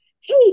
hey